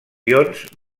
ions